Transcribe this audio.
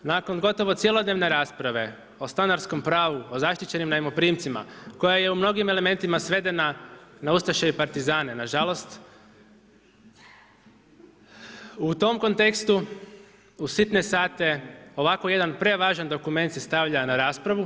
Nakon gotovo cjelodnevne rasprave o stanarskom pravu, o zaštićenim najmoprimcima koja je u mnogim elementima svedena na ustaše i partizane nažalost u tom kontekstu u stine sate ovako jedan prevažan dokument se stavlja na raspravu.